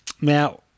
Now